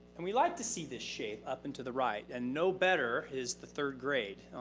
and we like to see this shape up and to the right. and no better is the third grade.